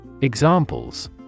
Examples